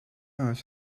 earth